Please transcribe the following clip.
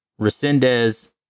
Resendez